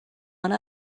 one